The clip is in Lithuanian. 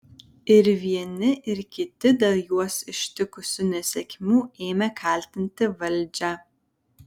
ir vieni ir kiti dėl juos ištikusių nesėkmių ėmė kaltinti valdžią